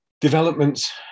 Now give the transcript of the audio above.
developments